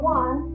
one